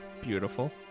Beautiful